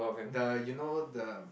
the you know the